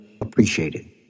appreciated